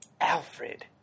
Alfred